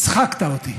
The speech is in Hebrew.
הצחקת אותי,